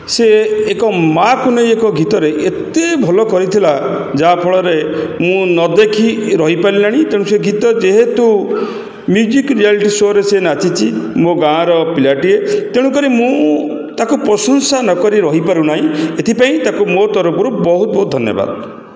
ସେ ଏକ ମା'କୁ ନେଇ ଏକ ଗୀତରେ ଏତେ ଭଲ କରିଥିଲା ଯାହା ଫଳରେ ମୁଁ ନ ଦେଖି ରହିପାରିଲାଣି ତେଣୁ ସେ ଗୀତ ଯେହେତୁ ମ୍ୟୁଜିକ୍ ରିଆଲିଟି ସୋ'ରେ ସେ ନାଚିଛି ମୋ ଗାଁର ପିଲାଟିଏ ତେଣୁକରି ମୁଁ ତାକୁ ପ୍ରଶଂସା ନ କରି ରହିପାରୁନାହିଁ ଏଥିପାଇଁ ତାକୁ ମୋ ତରଫରୁ ବହୁତ ବହୁତ ଧନ୍ୟବାଦ